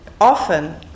Often